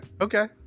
Okay